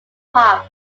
pop